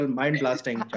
mind-blasting